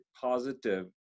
positive